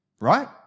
right